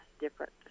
different